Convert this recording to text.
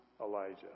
Elijah